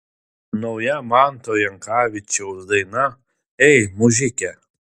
nauja manto jankavičiaus daina ei mužike